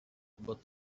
but